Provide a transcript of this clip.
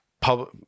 Public